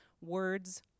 words